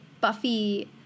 Buffy